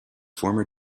former